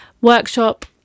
workshop